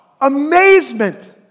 amazement